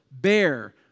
bear